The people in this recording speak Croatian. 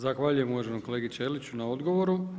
Zahvaljujem uvaženom kolegi Ćeliću na odgovoru.